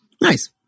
Nice